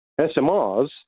SMRs